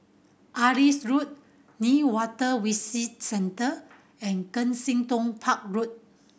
Adis Road Newater Visitor Centre and Kensington Park Road